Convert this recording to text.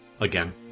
Again